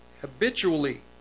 habitually